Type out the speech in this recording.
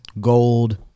Gold